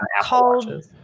called